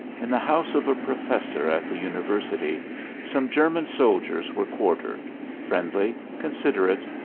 in the house of a professor at the university some german soldiers were quartered, friendly, considerate,